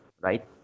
right